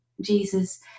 Jesus